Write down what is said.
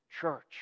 church